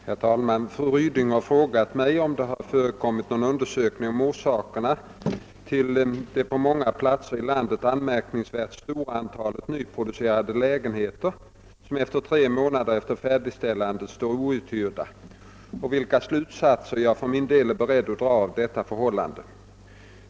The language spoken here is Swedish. Herr talman! Fru Ryding har frågat mig om det har förekommit någon undersökning om orsaken till det på många platser i landet anmärkningsvärt stora antalet nyproducerade lägenheter som tre månader efter färdigställandet står outhyrda, och vilka slutsatser jag för min del är beredd att dra av detta förhållande.